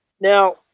now